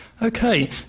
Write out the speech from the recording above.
Okay